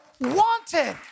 wanted